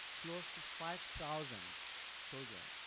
close to five thousand children.